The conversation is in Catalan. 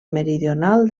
meridional